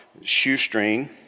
shoestring